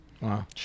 Wow